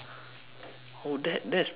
oh that that's pretty cool you know